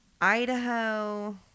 Idaho